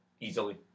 Easily